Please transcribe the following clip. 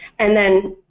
and then,